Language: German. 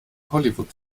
hollywood